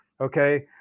okay